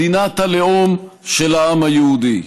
מדינת הלאום של העם היהודי.